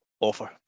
offer